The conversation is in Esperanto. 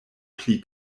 pli